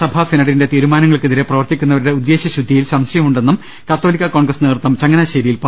സഭാ സിനഡിന്റെ ട തീരുമാനങ്ങൾക്കെതിരെ പ്രവർത്തിക്കുന്നവരുടെ ഉദ്ദേശ്യശുദ്ധിയിൽ സംശയമു ണ്ടെന്നും കത്തോലിക്കാ കോൺഗ്രസ് നേതൃത്വം ചങ്ങനാശ്ശേരിയിൽ പറഞ്ഞു